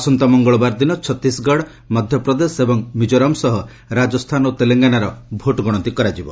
ଆସନ୍ତା ମଙ୍ଗଳବାର ଦିନ ଛତିଶଗଡ଼ ମଧ୍ୟପ୍ରଦେଶ ଏବଂ ମିଜୋରାମ ସହ ରାଜସ୍ଥାନ ଓ ତେଲେଙ୍ଗାନାର ଭୋଟ ଗଣତି ହେବ